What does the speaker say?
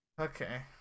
Okay